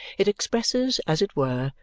it expresses, as it were,